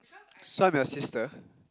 this one your sister